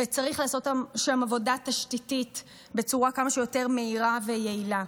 וצריך לעשות שם עבודה תשתיתית בצורה כמה שיותר מהירה ויעילה.